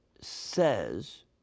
says